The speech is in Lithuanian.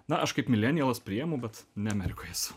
na aš kaip milenijalas priemu bet ne amerikoj esu